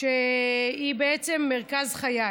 שהיא בעצם מרכז חיי.